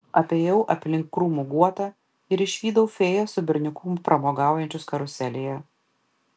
apėjau aplink krūmų guotą ir išvydau fėją su berniuku pramogaujančius karuselėje